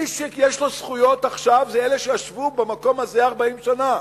מי שיש לו זכויות עכשיו זה אלה שישבו במקום הזה 40 שנה.